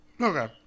Okay